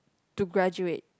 to graduate